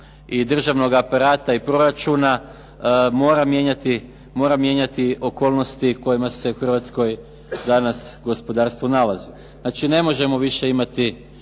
i državnog aparata i proračuna mora mijenjati okolnosti kojima se u Hrvatskoj danas gospodarstvo nalazi. Znači, ne možemo više imati